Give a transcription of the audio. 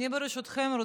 ברשותכם,